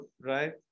right